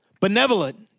benevolent